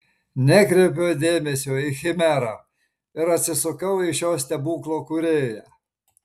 nekreipiau dėmesio į chimerą ir atsisukau į šio stebuklo kūrėją